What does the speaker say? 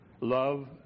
love